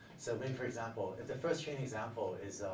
so maybe, for example, if the first training example is, ah,